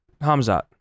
Hamzat